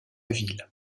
ville